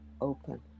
open